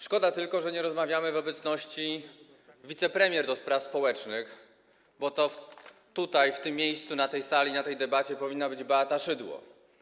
Szkoda tylko, że nie rozmawiamy w obecności wicepremier do spraw społecznych, bo to tutaj, w tym miejscu, na tej sali, w trakcie tej debaty powinna być Beata Szydło.